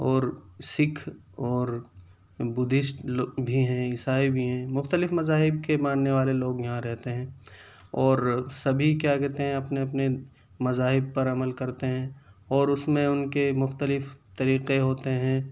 اور سکھ اور بدھسٹ بھی ہیں عیسائی بھی ہیں مختلف مذاہب کے ماننے والے لوگ یہاں رہتے ہیں اور سبھی کیا کہتے ہیں اپنے اپنے مذاہب پر عمل کرتے ہیں اور اس میں ان کے مختلف طریقہ ہوتے ہیں